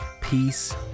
Peace